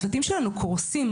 הצוותים שלנו קורסים,